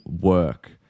work